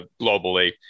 globally